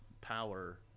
power